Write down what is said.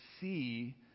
see